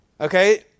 Okay